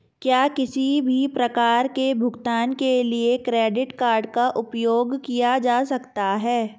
क्या किसी भी प्रकार के भुगतान के लिए क्रेडिट कार्ड का उपयोग किया जा सकता है?